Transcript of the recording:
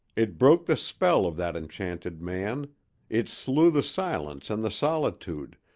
it broke the spell of that enchanted man it slew the silence and the solitude,